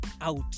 out